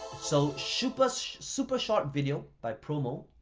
so super so super short video by promo,